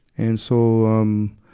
and so, um,